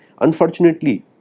Unfortunately